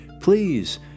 ...Please